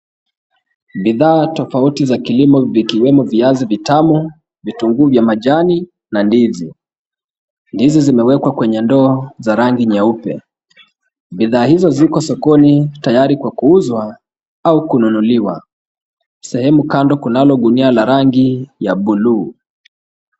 Bidhaa tofauti za kilimo zikiwemo viazi vitamu, vitunguu vya majani na ndizi. Ndizi zimewekwa kwenye ndoo za rangi nyeupe. Bidhaa hizo ziko sokoni tayari kwa kuuzwa au kununuliwa. Sehemu kando kunalo gunia la rangi ya buluu.